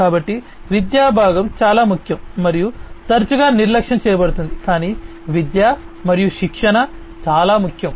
కాబట్టి విద్య భాగం చాలా ముఖ్యం మరియు తరచుగా నిర్లక్ష్యం చేయబడుతుంది కానీ విద్య మరియు శిక్షణ చాలా ముఖ్యం